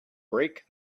break